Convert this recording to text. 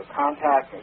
contact